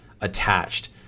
attached